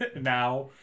Now